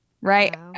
right